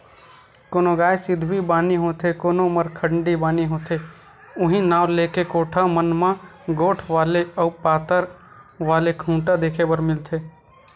कोनो गाय सिधवी बानी होथे कोनो मरखंडी बानी होथे उहीं नांव लेके कोठा मन म मोठ्ठ वाले अउ पातर वाले खूटा देखे बर मिलथे